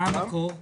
מהו מקור הכסף?